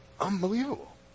Unbelievable